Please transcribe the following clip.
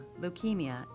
leukemia